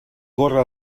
corre